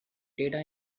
data